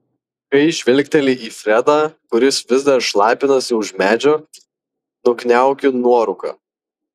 kai žvilgteli į fredą kuris vis dar šlapinasi už medžio nukniaukiu nuorūką